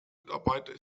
mitarbeiter